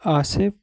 Asif